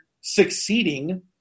succeeding